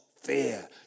fear